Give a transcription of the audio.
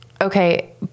okay